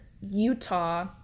Utah